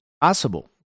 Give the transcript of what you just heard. possible